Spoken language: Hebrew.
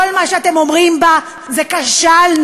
כל מה שאתם אומרים בה זה "כשלנו".